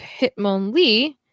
Hitmonlee